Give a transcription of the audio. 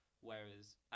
whereas